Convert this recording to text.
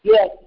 Yes